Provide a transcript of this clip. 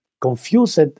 confused